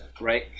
right